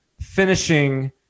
finishing